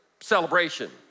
celebration